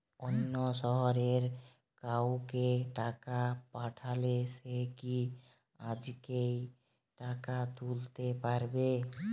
অন্য শহরের কাউকে টাকা পাঠালে সে কি আজকেই টাকা তুলতে পারবে?